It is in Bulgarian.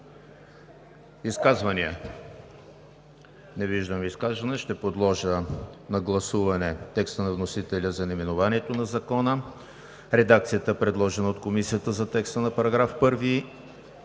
Изказвания? Не виждам изказвания. Ще подложа на гласуване текста на вносителя за наименованието на Закона, редакцията, предложена от Комисията за текста на § 1,